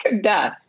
Duh